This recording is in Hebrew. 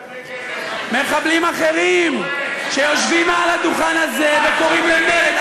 מחבלים אחרים שיושבים מעל הדוכן הזה וקוראים למרד.